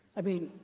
i mean,